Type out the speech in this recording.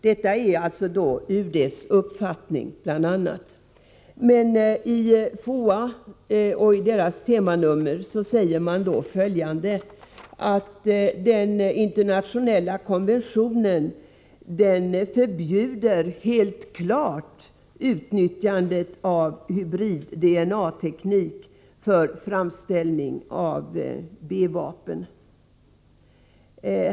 UD har alltså denna uppfattning. Men i FOA:s temanummer sägs följande: Den internationella konventionen förbjuder helt klart utnyttjandet av hybrid-DNA-teknik för framställning av B-vapen.